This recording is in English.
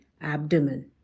abdomen